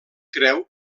creu